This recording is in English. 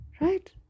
right